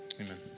Amen